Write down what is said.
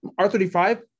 R35